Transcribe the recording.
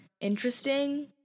interesting